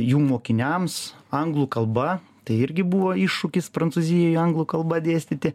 jų mokiniams anglų kalba tai irgi buvo iššūkis prancūzijai anglų kalba dėstyti